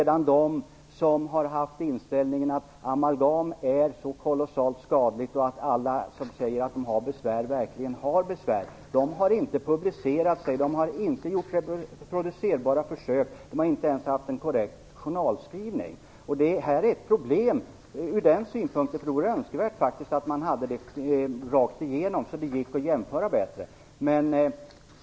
De som har haft inställningen, att amalgam är kolossalt skadligt och att alla som har sagt sig ha besvär verkligen har besvär, har inte publicerat sina studier. De har inte gjort publicerbara försök, de har inte ens haft en korrekt journalskrivning. Det är ett problem. Ur den synpunkten vore de faktiskt önskvärt att det gjordes rakt igenom så att det skulle gå att jämföra bättre.